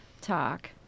talk